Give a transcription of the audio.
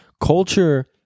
Culture